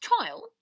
trial